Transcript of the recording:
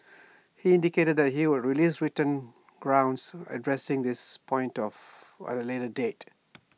he indicated that he would release written grounds addressing this point of at A later date